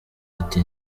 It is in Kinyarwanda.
ati